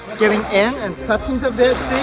getting and and touching